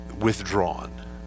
withdrawn